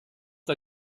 der